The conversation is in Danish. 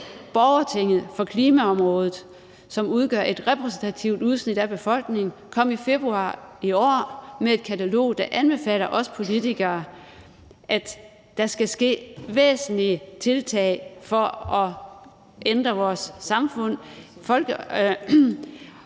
borgertinget for klimaområdet, som udgør et repræsentativt udsnit af befolkningen, i februar i år med et katalog, der anbefaler os politikere, at der skal ske væsentlige tiltag for at ændre vores samfund,